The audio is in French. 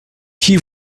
qui